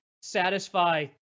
satisfy